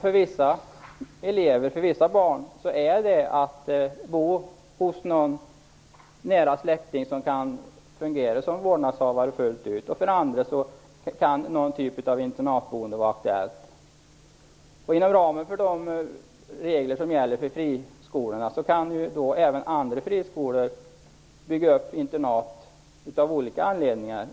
För vissa barn gäller att de bor hos en nära släkting som fullt ut kan fungera som vårdnadshavare. Vidare kan någon typ av internatboende vara aktuellt. Inom ramen för reglerna för friskolor kan även andra friskolor bygga upp internat av olika anledningar.